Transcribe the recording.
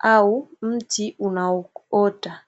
au mti unaoota.